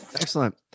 Excellent